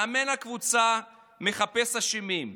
מאמן הקבוצה מחפש אשמים: